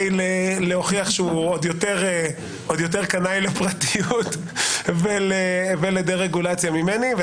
להוכיח שהוא עוד יותר קנאי לפרטיות ולדה-רגולציה ממני.